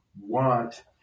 want